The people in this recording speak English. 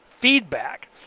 feedback